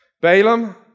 Balaam